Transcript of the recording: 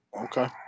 Okay